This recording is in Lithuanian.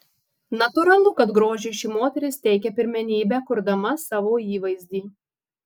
natūralu kad grožiui ši moteris teikia pirmenybę kurdama savo įvaizdį